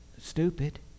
stupid